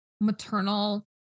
maternal